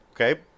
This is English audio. okay